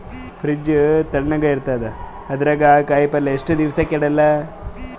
Fridge ತಣಗ ಇರತದ, ಅದರಾಗ ಕಾಯಿಪಲ್ಯ ಎಷ್ಟ ದಿವ್ಸ ಕೆಡಲ್ಲ?